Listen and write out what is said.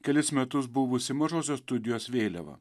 kelis metus buvusį mažosios studijos vėliava